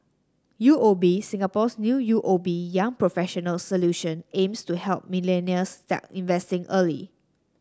U O B Singapore's new U O B Young Professionals Solution aims to help millennials start investing early